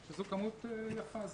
זו כמות יפה,